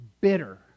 bitter